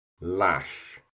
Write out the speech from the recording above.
LASH